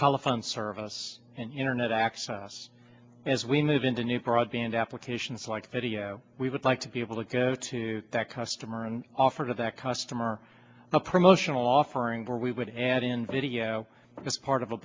telephone service and internet access as we move into new products and applications like video we would like to be able to go to that customer and offer that customer a promotional offering where we would add in video as part of a